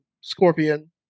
Scorpion